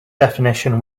definition